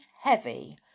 heavy